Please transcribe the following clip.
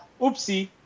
Oopsie